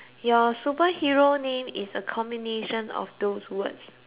perhero name is the combination of those words what is your